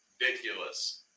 ridiculous